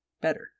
Better